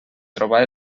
trobar